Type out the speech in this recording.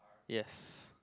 yes